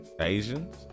asians